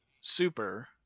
super